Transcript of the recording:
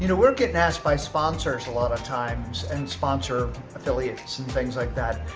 you know we're gettin' asked by sponsors a lot of times, and sponsor affiliates and things like that.